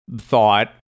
thought